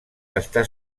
està